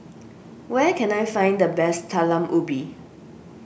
where can I find the best Talam Ubi